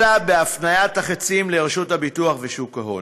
אלא בהפניית החיצים לרשות הביטוח ושוק ההון.